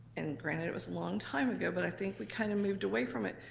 and granted it was a long time ago, but i think we kind of moved away from it.